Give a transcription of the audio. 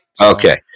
Okay